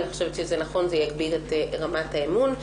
אני חושבת שזה יגביר את רמת האמון.